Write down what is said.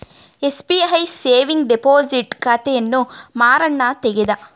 SBI saving deposit ಖಾತೆಯನ್ನು ಮಾರಣ್ಣ ತೆಗದ